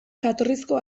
jatorrizko